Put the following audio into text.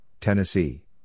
Tennessee